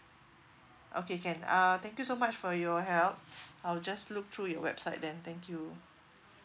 okay can uh thank you so much for your help I'll just look through your website then thank you